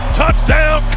touchdown